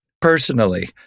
personally